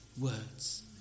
words